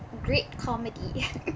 great comedy